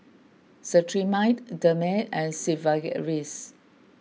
Cetrimide Dermale and Sigvaris